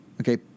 Okay